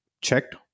checked